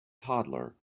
toddler